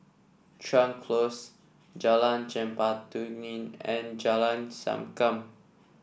Chuan Close Jalan Chempaka Kuning and Jalan Sankam